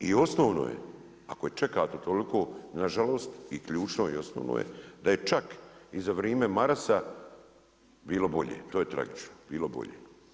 I osnovno je, ako čekate toliko, nažalost i ključno i osnovno je da je čak i za vrijeme Marasa bilo bolje, to je tragično bilo bolje.